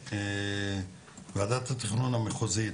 ועדת התכנון המחוזית